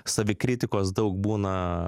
savikritikos daug būna